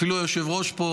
אפילו היושב-ראש פה,